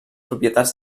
propietats